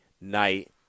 night